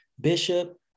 Bishop